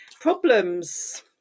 problems